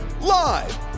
Live